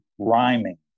rhyming